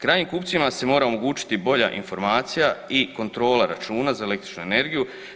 Krajnjim kupcima se mora omogućiti bolja informacija i kontrola računa za električnu energiju.